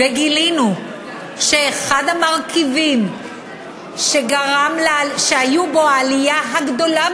וגילינו שהמרכיב שהייתה בו העלייה הגדולה